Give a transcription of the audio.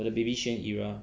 我的 baby xuan era